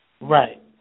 Right